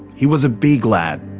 he was a big lad,